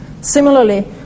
Similarly